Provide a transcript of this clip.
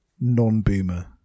non-boomer